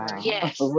Yes